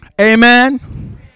Amen